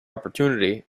opportunity